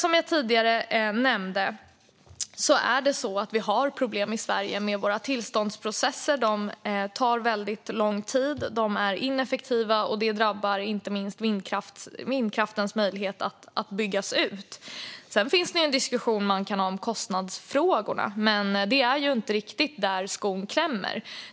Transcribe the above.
Som jag tidigare nämnde har vi problem med våra tillståndsprocesser i Sverige - de tar väldigt lång tid och är ineffektiva. Detta drabbar inte minst möjligheten att bygga ut vindkraften. Sedan kan man ha en diskussion om kostnadsfrågorna, men det är inte riktigt där skon klämmer.